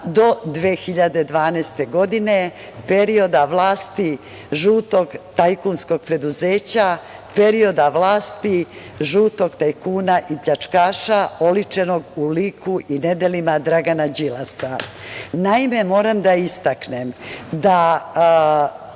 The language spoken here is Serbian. do 2012. godine, perioda vlasti žutog tajkunskog preduzeća, perioda vlasti žutog tajkuna i pljačkaša, oličenog u liku i nedelima Dragana Đilasa. Naime, moram da istaknem, da